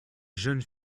jeunes